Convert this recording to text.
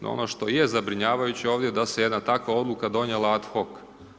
No ono što je zabrinjavajuće ovdje da se jedna takva odluka donijela ad hoc.